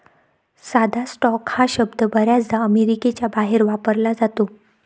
साधा स्टॉक हा शब्द बर्याचदा अमेरिकेच्या बाहेर वापरला जातो